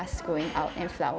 us going out and flower